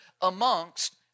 amongst